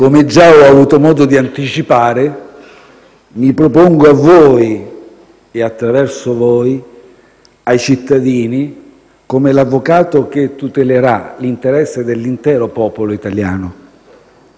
Come già ho avuto modo di anticipare, mi propongo a voi e, attraverso voi, ai cittadini come l'avvocato che tutelerà l'interesse dell'intero popolo italiano.